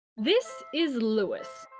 this is louis.